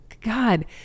God